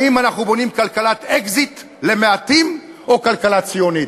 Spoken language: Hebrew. האם אנחנו בונים כלכלת אקזיט למעטים או כלכלה ציונית?